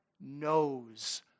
knows